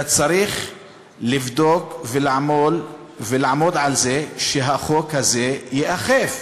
אלא צריך לבדוק ולעמוד על זה שהחוק הזה ייאכף,